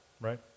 right